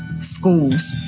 schools